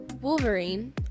Wolverine